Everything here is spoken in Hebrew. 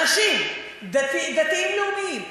נשים, דתיים-לאומיים,